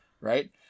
right